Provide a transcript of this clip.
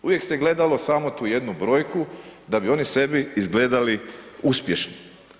Uvijek se gledalo samo tu jednu brojku da bi oni sebi izgledali uspješno.